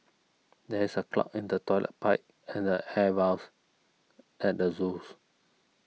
there is a clog in the Toilet Pipe and the air at the zoos